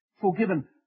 forgiven